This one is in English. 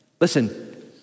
Listen